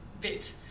bit